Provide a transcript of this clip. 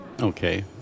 Okay